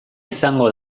izango